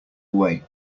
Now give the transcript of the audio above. away